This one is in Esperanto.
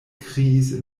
kriis